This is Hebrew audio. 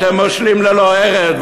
אתם מושלים ללא הרף,